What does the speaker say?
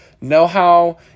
know-how